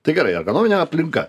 tai gerai ergonominė aplinka